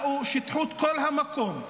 באו, שיטחו את כל המקום,